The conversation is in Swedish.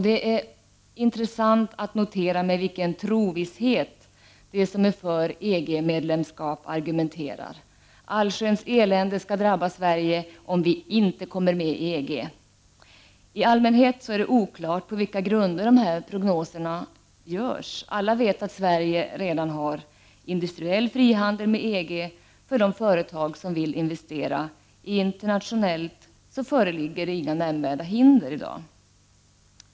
Det är intressant att notera med vilken trosvisshet de som är för EG-medlemskap argumenterar — allsköns elände skall drabba Sverige om vi ”inte kommer med i EG”. I allmänhet är det oklart på vilka grunder dessa prognoser görs. Alla vet att Sverige redan har industriell frihandel med EG, och för de företag som vill investera internationellt föreligger inga nämnvärda hinder i dag.